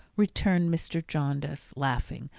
returned mr. jarndyce, laughing,